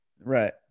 Right